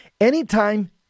Anytime